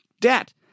debt